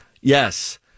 Yes